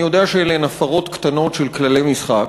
אני יודע שאלה הן הפרות קטנות של כללי המשחק.